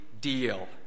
deal